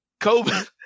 COVID